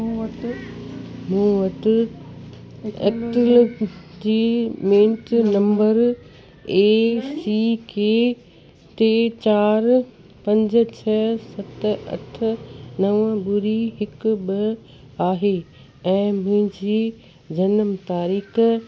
मूं वटि मूं वटि acknowledgement number A C K टे चार पंज छह सत अठ नव ॿुड़ी हिकु ॿ आहे ऐं मुंहिंजी जनम तारीख़ु